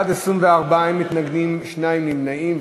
בעד, 24, אין מתנגדים, שניים נמנעים.